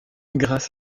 grâce